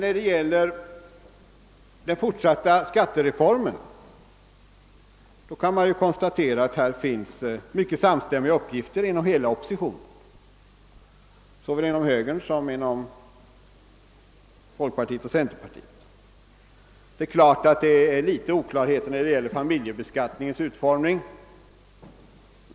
När det gäller den fortsatta skattereformen kan man konstatera att det finns mycket samstämmiga uppfattningar inom hela oppositionen, såväl inom högern som inom folkpartiet och centerpartiet. Det är givet att det råder en viss oklarhet beträffande familjebeskattningens utformning.